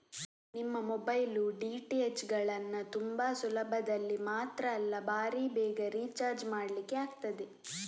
ನಿಮ್ಮ mobile, DTH ಗಳನ್ನ ತುಂಬಾ ಸುಲಭದಲ್ಲಿ ಮಾತ್ರ ಅಲ್ಲ ಭಾರೀ ಬೇಗ ರಿಚಾರ್ಜ್ ಮಾಡ್ಲಿಕ್ಕೆ ಆಗ್ತದೆ